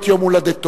את יום הולדתו,